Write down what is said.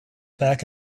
back